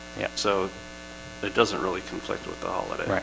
yeah, so it doesn't really conflict with the holiday, right,